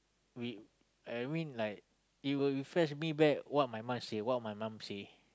we I mean like it would refresh me back what my mum say what my mum say